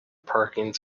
parking